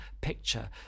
picture